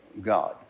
God